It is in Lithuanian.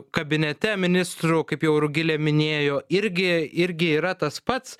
kabinete ministrų kaip jau rugilė minėjo irgi irgi yra tas pats